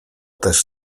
też